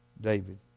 David